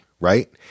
right